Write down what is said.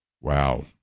Wow